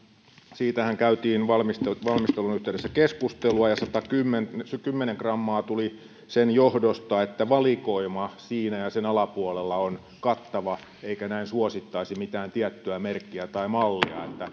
siitähän käytiin valmistelun yhteydessä keskustelua ja satakymmentä grammaa tuli sen johdosta että valikoima siinä ja ja sen alapuolella on kattava eikä näin suosittaisi mitään tiettyä merkkiä tai mallia eli